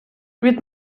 від